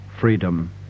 Freedom